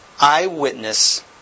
eyewitness